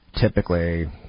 Typically